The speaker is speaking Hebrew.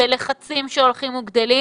בלחצים שהולכים וגדלים